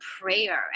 prayer